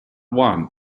one